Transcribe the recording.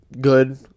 good